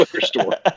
store